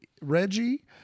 Reggie